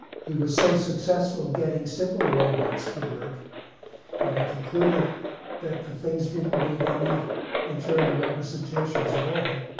he was so successful getting simple robots to work that he concluded that the things didn't need any internal representations at all.